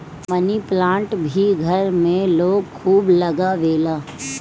मनी plant भी घर में लोग खूब लगावेला